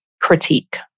critique